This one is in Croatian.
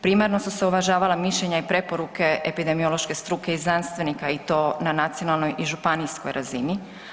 Primarno su se uvažavala mišljenja i preporuke epidemiološke struke i znanstvenika i to na nacionalnoj i županijskoj razini.